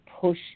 push